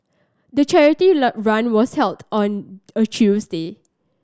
the charity run was held on a Tuesday